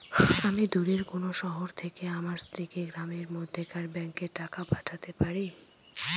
আমি দূরের কোনো শহর থেকে আমার স্ত্রীকে গ্রামের মধ্যেকার ব্যাংকে টাকা পাঠাতে পারি?